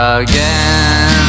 again